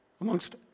amongst